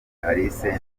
alice